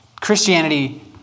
Christianity